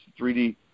3D